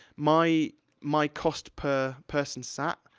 my my cost per person sat,